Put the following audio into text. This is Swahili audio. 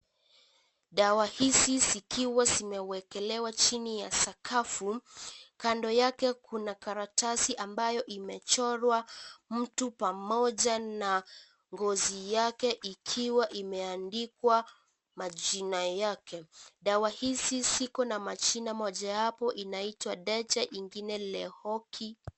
Adwa hizi zikiwa zimewekelewa chini ya sakafu. Kando yake kuna karatasi ambayo imechorwa mtu pamoja na ngozi yake ikiwa imeandikwa majina yake. Dawa hizi ziko na majina, mojawapo inatwa Deja ingine Leoki.